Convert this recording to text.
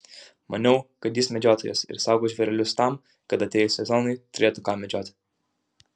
maniau kad jis medžiotojas ir saugo žvėrelius tam kad atėjus sezonui turėtų ką medžioti